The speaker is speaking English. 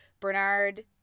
Bernard